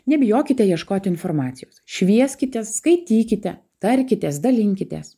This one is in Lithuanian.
nebijokite ieškoti informacijos švieskitės skaitykite tarkitės dalinkitės